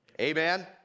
Amen